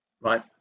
right